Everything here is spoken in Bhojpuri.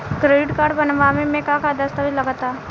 क्रेडीट कार्ड बनवावे म का का दस्तावेज लगा ता?